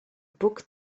book